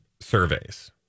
surveys